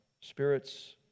spirits